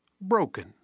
broken